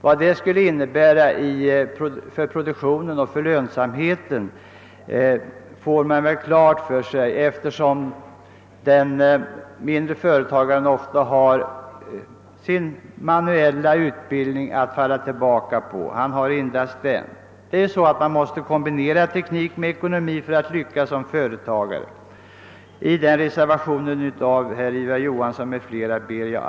Vad det skulle innebära för produktionen och lönsamheten får man klart för sig om man betänker att den mindre företagaren ofta endast har sin manuella utbildning att falla tillbaka på. Det är nödvändigt att kombinera teknik med ekonomi för att lyckas som företagare. Jag ber att få yrka bifall till reservationen 2 av herr Ivar Johansson m.fl.